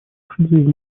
выслушать